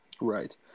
Right